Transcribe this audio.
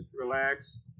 relax